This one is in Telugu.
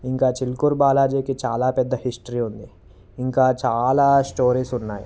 ఇంకా చిలుకూరు బాలాజీకి చాలా పెద్ద హిస్టరీ ఉంది ఇంకా చాలా స్టోరీస్ ఉన్నాయి